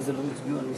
מה זה, לא הצביעו על,